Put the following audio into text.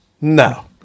No